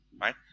right